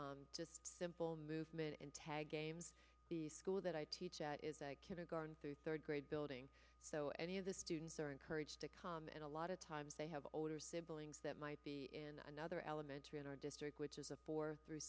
do just simple movement in tag games the school that i teach at is that kindergarten through third grade building so any of the students are encouraged to come and a lot of times they have older siblings that might be in another elementary in our district which is a four through